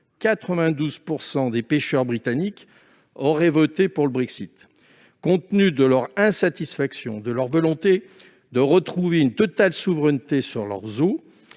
92 % des pêcheurs britanniques auraient voté pour le Brexit. Compte tenu de leur insatisfaction et de leur volonté de retrouver une totale souveraineté sur leurs eaux,